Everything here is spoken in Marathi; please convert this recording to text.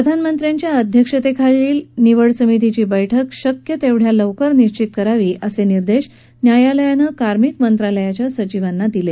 प्रधानमंत्र्यांच्या अध्यक्षतेखालील निवड समितीची बरुक्क शक्य तितक्या लवकर निश्चित करावी असे निर्देश न्यायालयानं कार्मिक मंत्रालयाच्या सचिवांना दिले